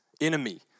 enemy